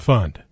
Fund